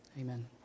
Amen